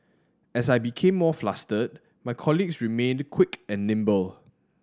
as I became more flustered my colleagues remained quick and nimble